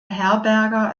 herberger